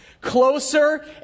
closer